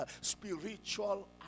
spiritual